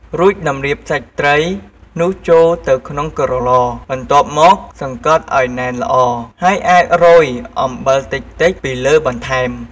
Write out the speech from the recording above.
រួចតម្រៀបសាច់ត្រីនោះចូលទៅក្នុងក្រឡ បន្ទាប់មកសង្កត់ឱ្យណែនល្អ ហើយអាចរោយអំបិលតិចៗពីលើបន្ថែម។